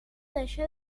deixar